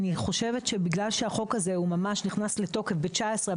אני חושבת שבגלל שהחוק הזה נכנס לתוקף ב-2019,